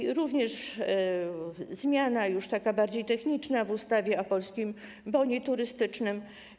Jest również zmiana, już taka bardziej techniczna, w ustawie o Polskim Bonie Turystycznym.